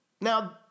Now